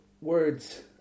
words